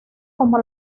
como